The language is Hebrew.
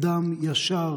אדם ישר